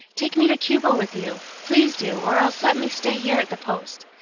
take me to cuba with you! please do, or else let me stay here at the post.